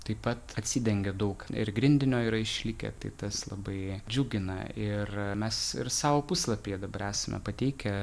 taip pat atsidengia daug ir grindinio yra išlikę tai tas labai džiugina ir mes ir savo puslapyje dabar esame pateikę